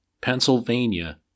Pennsylvania